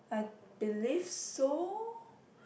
I believe so